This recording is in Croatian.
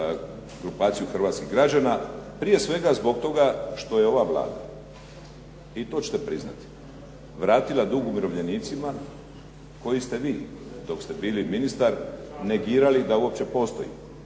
grupaciju hrvatskih građana prije svega zbog toga što je ova Vlada i to ćete priznati vratila dug umirovljenicima koji ste vi dok ste bili ministar negirali da uopće postoji.